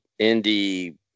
indie